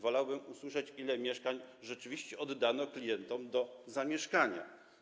Wolałbym usłyszeć, ile mieszkań rzeczywiście oddano klientom do zamieszkania.